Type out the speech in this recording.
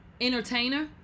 entertainer